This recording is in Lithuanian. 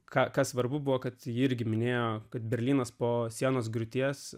ką svarbu buvo kad ji irgi minėjo kad berlynas po sienos griūties